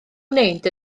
wneud